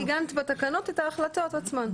כלומר, עיגנת תקנות את ההחלטות עצמו.